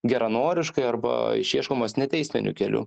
geranoriškai arba išieškomos neteisminiu keliu